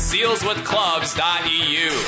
SealsWithClubs.eu